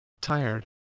tired